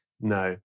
No